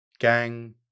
gang